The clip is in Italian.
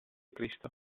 cristo